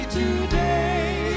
today